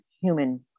human